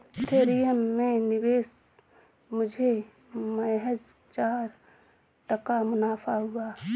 Ethereum में निवेश मुझे महज चार टका मुनाफा हुआ